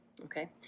Okay